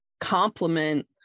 complement